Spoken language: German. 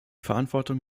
verantwortung